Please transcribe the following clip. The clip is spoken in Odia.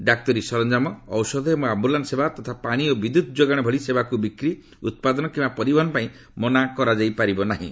ଡାକ୍ତରୀ ସରଞ୍ଜାମ ଔଷଧ ଏବଂ ଆମ୍ଭୁଲାନ୍ନ ସେବା ତଥା ପାଣି ଓ ବିଦ୍ୟୁତ୍ ଯୋଗାଣ ଭଳି ସେବାକୁ ବିକ୍ରି ଉତ୍ପାଦନ କିମ୍ବା ପରିବହନ ପାଇଁ ମନା କରାଯାଇ ପାରିବ ନାହିଁ